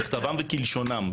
ככתבם וכלשונם.